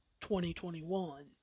2021